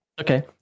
Okay